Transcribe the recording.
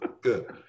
good